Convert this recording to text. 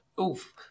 Oof